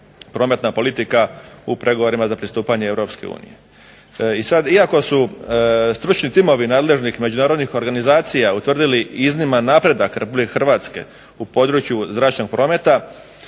Prometna politika u pregovorima za pristupanje EU. I sada iako su stručni timovi nadležnih međunarodnih organizacija utvrdili izniman napredak RH u području zračnog prometa